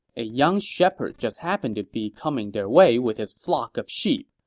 a young shepherd just happened to be coming their way with his flock of sheep.